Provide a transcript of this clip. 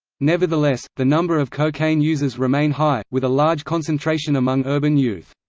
nevertheless, the number of cocaine users remain high, with a large concentration among urban youth.